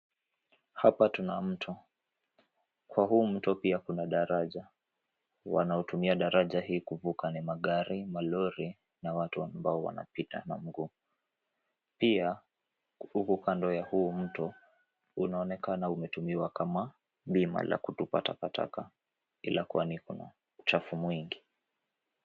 Hapa tuna mto. Kwa huu mto pia kuna daraja. Wanaotumia daraja hii kuvuka ni magari, malori na watu ambao wanapita na mguu. Pia, huku kando ya huu mto, unaonekana umetumiwa kama bima la kutupa takataka, ila kwani kuna uchafu mwingi.